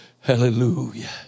Hallelujah